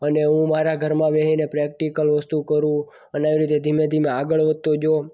અને હું મારા ઘરમાં બેસીને પ્રેક્ટીકલ વસ્તુ કરું અને જે ધીમે ધીમે આગળ વધતો ગયો